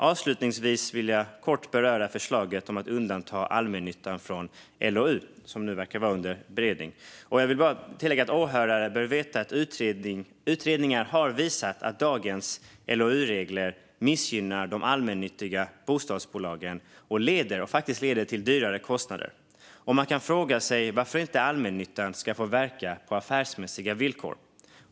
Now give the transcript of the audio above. Avslutningsvis vill jag kort beröra det förslag om att undanta allmännyttan från LOU som nu verkar vara under beredning. Jag vill bara tillägga att åhörarna bör veta att utredningar har visat att dagens LOU-regler missgynnar de allmännyttiga bostadsbolagen och faktiskt leder till högre kostnader. Man kan fråga sig varför inte allmännyttan ska få verka på affärsmässiga villkor.